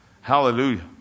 Hallelujah